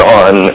on